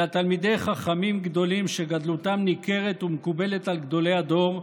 אלא תלמידי חכמים גדולים שגדלותם ניכרת ומקובלת על גדולי הדור,